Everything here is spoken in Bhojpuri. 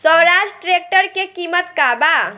स्वराज ट्रेक्टर के किमत का बा?